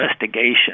investigation